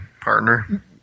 partner